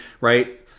Right